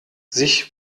sich